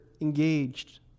engaged